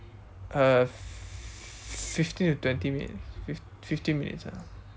uh fifteen to twenty minute fif~ fifteen minutes ah